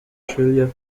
australia